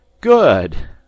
good